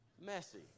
Messy